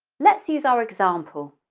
let's use our example,